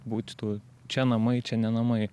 būti tų čia namai čia ne namai